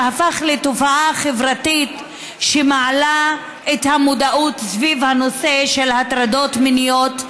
שהפך לתופעה חברתית שמעלה את המודעות סביב הנושא של הטרדות מיניות,